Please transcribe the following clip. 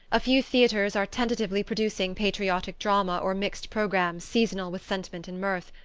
a few theatres are tentatively producing patriotic drama or mixed programmes seasonal with sentiment and mirth,